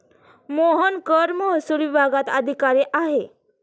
मोहन कर महसूल विभागात अधिकारी आहे